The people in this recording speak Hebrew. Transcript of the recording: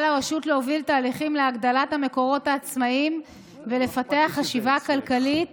על הרשות להוביל תהליכים להגדלת המקורות העצמאיים ולפתח חשיבה כלכלית